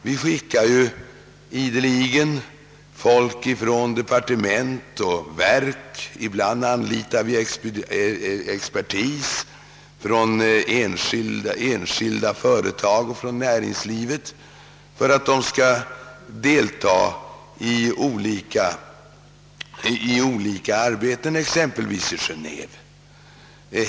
Vi sänder ju ideligen ut representanter för departement och verk — ibland anlitar vi också expertis från enskilda företag och näringsliv för att delta i olika arbeten, exempelvis i Genéve.